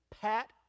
pat